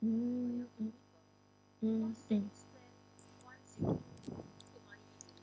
mm mm mm mm